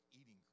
eating